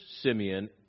Simeon